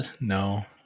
No